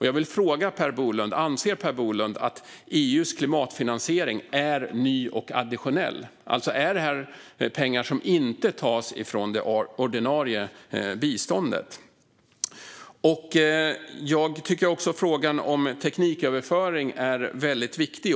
Jag vill fråga Per Bolund: Anser Per Bolund att EU:s klimatfinansiering är ny och additionell, alltså pengar som inte tas från det ordinarie biståndet? Jag tycker också att frågan om tekniköverföring är väldigt viktig.